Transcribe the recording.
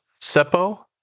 Seppo